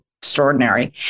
extraordinary